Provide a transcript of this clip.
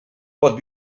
pot